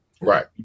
Right